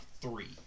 three